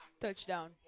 touchdown